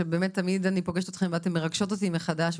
שבאמת אני תמיד פוגשת אתכן ואתן מרגשות אותי מחדש,